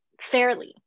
fairly